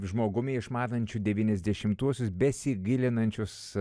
žmogumi išmanančiu devyniasdešimtuosius besigilinančius